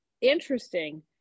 interesting